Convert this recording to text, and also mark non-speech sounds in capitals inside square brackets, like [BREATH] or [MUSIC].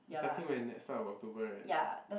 you starting when next start of October [right] [BREATH]